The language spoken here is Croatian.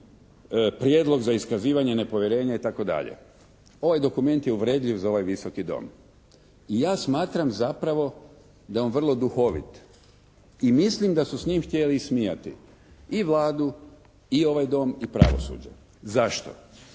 Prijedlog za iskazivanje nepovjerenja itd. Ovaj dokument je uvredljiv za ovaj Visoki dom i ja smatram zapravo da je on vrlo duhovit i mislim da su s njim htjeli ismijati i Vladu i ovaj Dom i pravosuđe. Zašto?